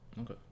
Okay